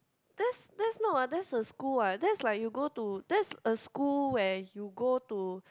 that's that's no ah that's a school ah that's like you go to that's a school where you go to